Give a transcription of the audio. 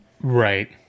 right